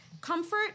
Comfort